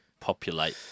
populate